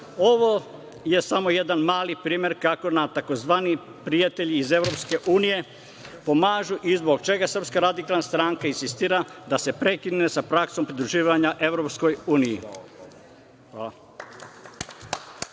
Ovo je samo jedan mali primer kako nam tzv. prijatelji iz EU pomaži i zbog čega SRS insistira da se prekine sa praksom pridruživanja EU.